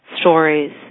stories